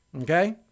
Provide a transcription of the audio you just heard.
okay